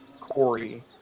Corey